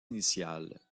initiale